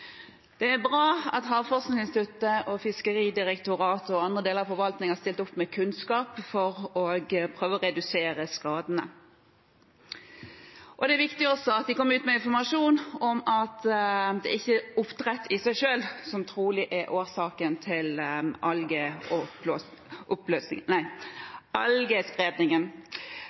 Det er bra at Havforskningsinstituttet, Fiskeridirektoratet og andre deler av forvaltningen har stilt opp med kunnskap for å prøve å redusere skadene. Det er også viktig at de har kommet ut med informasjon om at det trolig ikke er oppdrett i seg selv som er årsaken til algespredningen.